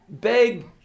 big